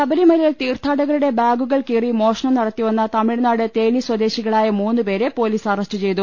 ശബരിമലയിൽ തീർത്ഥാടകരുടെ ബാഗുകൾ കീറി മോഷണം നടത്തിവന്ന തമിഴ്നാട് തേനി സ്വദേശികളായ മൂന്നുപേരെ പൊലീസ് അറസ്റ്റ് ചെയ്തു